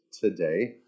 today